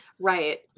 right